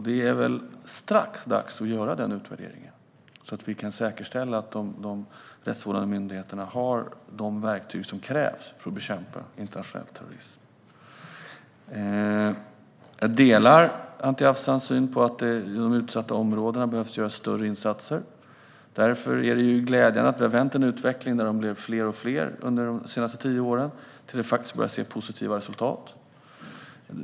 Det är strax dags att göra denna utvärdering så att vi kan säkerställa att de rättsvårdande myndigheterna har de verktyg som krävs för att bekämpa internationell terrorism. Jag delar Anti Avsans syn på att man behöver göra större insatser i de utsatta områdena. Därför är det glädjande att vi har vänt den utveckling där problemen har blivit fler och fler under de senaste tio åren till att vi börjar se positiva resultat.